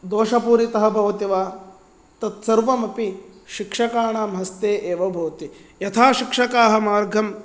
दोषपूरितः भवति वा तत्सर्वमपि शिक्षकाणां हस्ते एव भवति यथा शिक्षकाः मार्गं